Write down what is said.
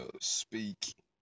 speak